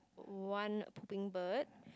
one pooping bird